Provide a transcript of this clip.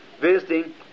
visiting